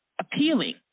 appealing